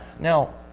Now